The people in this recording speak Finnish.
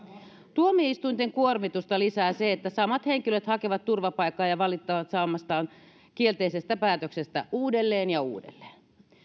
tuomioistuinten kuormitusta lisää se että samat henkilöt hakevat turvapaikkaa ja valittavat saamastaan kielteisestä päätöksestä uudelleen ja uudelleen